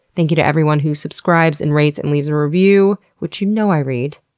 thank you to everyone who subscribes, and rates and leaves a review, which you know i read.